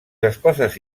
esposes